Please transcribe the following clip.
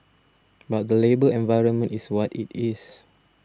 but the labour environment is what it is